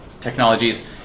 technologies